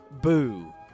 boo